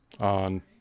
on